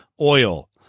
oil